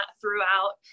throughout